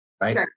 right